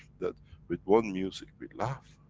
that with one music we laugh,